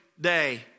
day